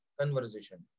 conversation